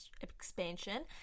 expansion